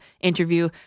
interview